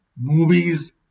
movies